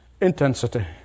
intensity